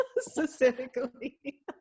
specifically